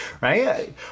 right